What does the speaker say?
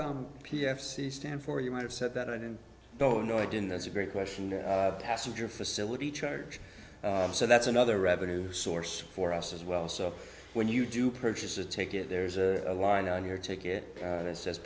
c stand for you might have said that i didn't go no i didn't that's a great question passenger facility charge so that's another revenue source for us as well so when you do purchase a ticket there's a line on your ticket that says